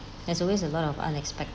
there's always a lot of unexpected